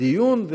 דיון,